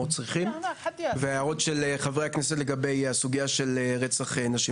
צריכים ולשאלה של חבר הכנסת ואליד לגבי רצח נשים.